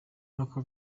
nako